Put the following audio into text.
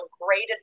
great